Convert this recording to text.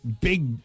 big